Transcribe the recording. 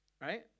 right